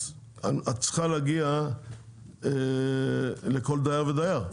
אז את צריכה להגיע לכל דייר ודייר,